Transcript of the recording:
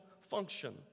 function